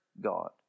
God